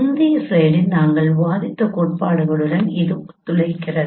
முந்தைய ஸ்லைடில் நாங்கள் விவாதித்த கோட்பாட்டுடன் இது ஒத்துழைக்கிறது